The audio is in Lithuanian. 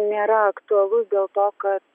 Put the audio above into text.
nėra aktualus dėl to kad